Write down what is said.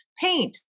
paint